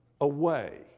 away